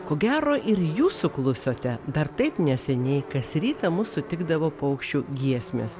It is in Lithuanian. ko gero ir jūs suklusote dar taip neseniai kas rytą mus sutikdavo paukščių giesmės